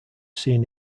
seen